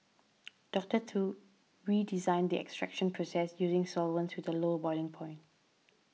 Doctor Tu redesigned the extraction process using solvents with a low boiling point